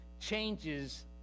changes